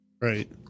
Right